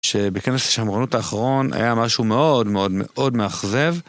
שבכנס השמרנות האחרון היה משהו מאוד מאוד מאוד מאכזב.